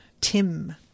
Tim